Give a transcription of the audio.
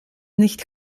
nicht